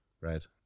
Right